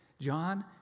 John